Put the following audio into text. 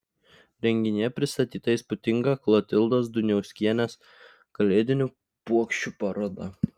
renginyje pristatyta įspūdinga klotildos duniauskienės kalėdinių puokščių paroda